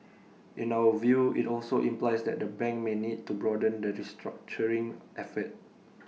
in our view IT also implies that the bank may need to broaden the restructuring effort